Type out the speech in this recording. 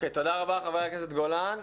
תודה רבה, חבר הכנסת גולן.